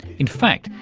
in fact,